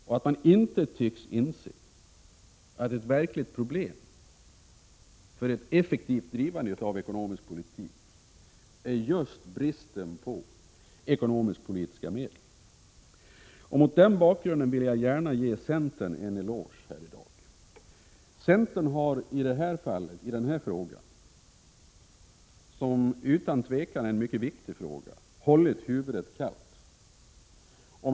Man tycks inte inse att ett verkligt problem för ett effektivt drivande av ekonomisk politik är just bristen på ekonomisk-politiska medel. Mot den bakgrunden vill jag gärna ge centern en eloge här i dag. Centern har i den här frågan, som utan tvivel är mycket viktig, hållit huvudet kallt.